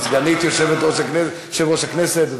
סגנית יושב-ראש הכנסת,